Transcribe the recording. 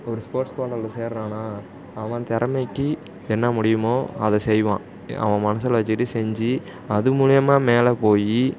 ஒரு ஸ்போர்ட்ஸ் கோட்டாவில் சேர்கிறான்னா அவன் திறமைக்கி என்ன முடியுமோ அதை செய்வான் அவன் மனசில் வெச்சுட்டு செஞ்சு அது மூலிமா மேலே போய்